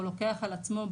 או לוקח על עצמו,